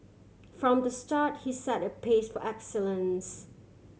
from the start he set a pace for excellence